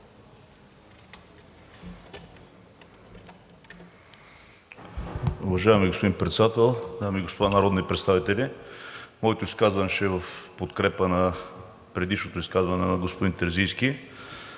Уважаеми господин Председател, дами и господа народни представители, моето изказване ще е в подкрепа на предишното изказване на господин Терзийски.